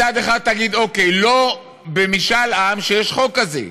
מצד אחד תגיד: טוב, לא במשאל עם, שיש חוק כזה.